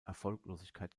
erfolglosigkeit